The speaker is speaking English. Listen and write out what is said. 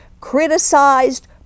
criticized